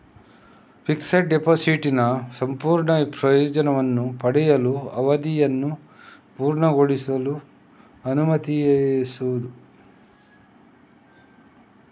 fixed ಡೆಪಾಸಿಟಿನ ಸಂಪೂರ್ಣ ಪ್ರಯೋಜನವನ್ನು ಪಡೆಯಲು, ಅವಧಿಯನ್ನು ಪೂರ್ಣಗೊಳಿಸಲು ಅನುಮತಿಸುವುದು